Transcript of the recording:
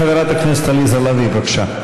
חברת הכנסת עליזה לביא, בבקשה,